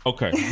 Okay